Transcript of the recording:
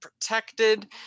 protected